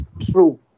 true